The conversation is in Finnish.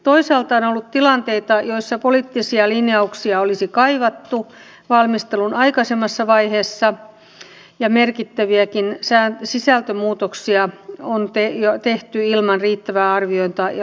toisaalta on ollut tilanteita joissa poliittisia linjauksia olisi kaivattu valmistelun aikaisemmassa vaiheessa ja merkittäviäkin sisältömuutoksia on tehty ilman riittävää arviota ja lausuntokierrosta